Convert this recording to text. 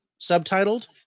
subtitled